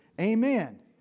Amen